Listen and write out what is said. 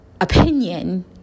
opinion